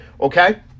Okay